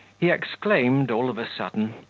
he exclaimed all of a sudden,